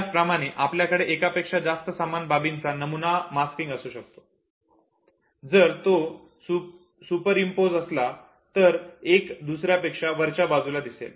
त्याचप्रमाणे आपल्याकडे एकापेक्षा जास्त समान बाबींचा नमुना मॉस्किंग असू शकतो जर तो सुपरम्पोज असला तर एक दुसऱ्यापेक्षा वरच्या बाजूला दिसेल